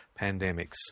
pandemics